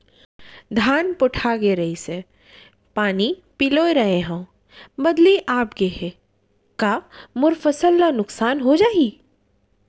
धान पोठागे रहीस, पानी पलोय रहेंव, बदली आप गे हे, का मोर फसल ल नुकसान हो जाही?